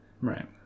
right